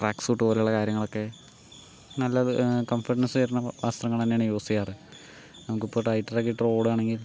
track suit പോലെയുള്ള കാര്യങ്ങളക്കെ നല്ലത് കംഫോർട്ട്നെസ്സ് ചേരുന്ന വസ്ത്രങ്ങള് തന്നെയാണ് യൂസ് ചെയ്യാറ് നമുക്കിപ്പോൾ ടൈറ്ററൊക്കെ ഇട്ട് ഓടുവാണെങ്കിൽ